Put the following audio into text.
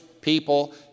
people